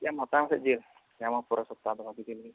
ᱴᱷᱤᱠ ᱜᱮᱭᱟ ᱦᱟᱛᱟᱣ ᱢᱮᱥᱮ ᱡᱤᱞ ᱧᱟᱢᱟᱢ ᱯᱚᱨᱮᱨ ᱥᱚᱯᱛᱟᱦᱚ ᱫᱚ ᱵᱷᱟᱹᱜᱤ ᱡᱤᱞ ᱜᱮ